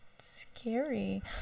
scary